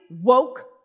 woke